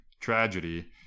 tragedy